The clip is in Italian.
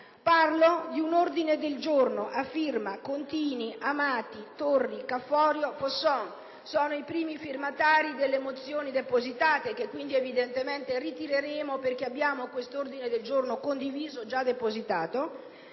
Parlo di un ordine del giorno a firma Contini, Amati, Torri, Caforio, Fosson: sono i primi firmatari delle mozioni depositate che, quindi, evidentemente, ritireremo, perché abbiamo questo ordine del giorno condiviso e già depositato.